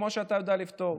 כמו שאתה יודע לפתור.